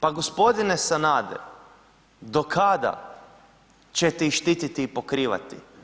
Pa gospodine Sanader, do kada ćete ih štiti i pokrivati?